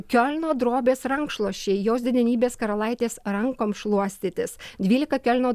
kiolno drobės rankšluosčiai jos didenybės karalaitės rankom šluostytis dvylika kiolno